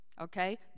Okay